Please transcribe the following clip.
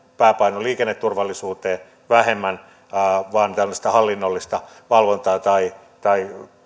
pääpaino liikenneturvallisuuteen vähemmän vain tällaista hallinnollista valvontaa tai tai